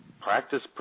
practice